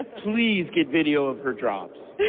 ah please, get video of her drops.